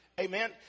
Amen